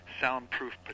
soundproof